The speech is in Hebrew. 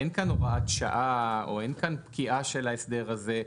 אין כאן הוראת שעה או פקיעה של ההסדר הזה.